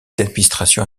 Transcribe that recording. d’administration